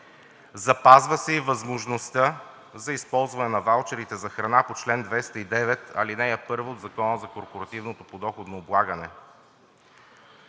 Запазва се и възможността за използване на ваучерите за храна по чл. 209, ал. 1 от Закона за корпоративното подоходно облагане.